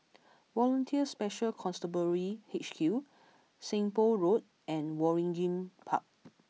Volunteer Special Constabulary H Q Seng Poh Road and Waringin Park